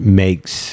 makes